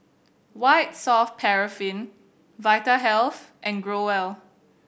White Soft Paraffin Vitahealth and Growell